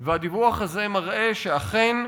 והדיווח הזה מראה שאכן,